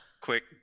quick